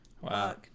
wow